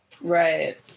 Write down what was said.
Right